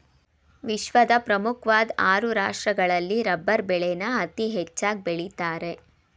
ವಿಶ್ವದ ಪ್ರಮುಖ್ವಾಧ್ ಆರು ರಾಷ್ಟ್ರಗಳಲ್ಲಿ ರಬ್ಬರ್ ಬೆಳೆನ ಅತೀ ಹೆಚ್ಚಾಗ್ ಬೆಳಿತಾರೆ